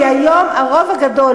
כי היום הרוב הגדול,